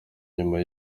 nyuma